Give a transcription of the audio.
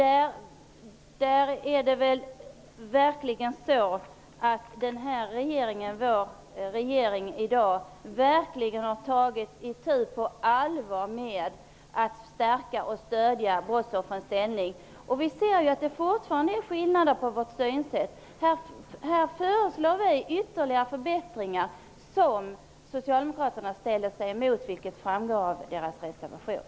Nuvarande regering har verkligen på allvar tagit itu med problemen att stärka och stödja brottsoffrens ställning. Men vi kan fortfarande upptäcka skillnader i vårt synsätt. Utskottet föreslår ytterligare förbättringar, förbättringar som socialdemokraterna reserverar sig emot. Det framgår av Socialdemokraternas reservation.